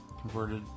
converted